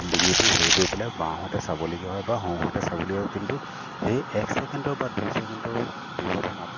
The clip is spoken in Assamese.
ডিঙিটো হেৰি কৰি পেলাই বাঁওহাতে চাবলগীয়া হয় বা সোঁহাতে চাবলগীয়া হয় কিন্তু সেই এক ছেকেণ্ডৰ বা দুই ছেকেণ্ডৰ ব্য়ৱধনত